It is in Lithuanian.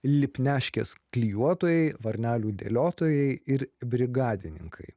lipniaškės klijuotojai varnelių dėliotojai ir brigadininkai